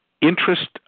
interest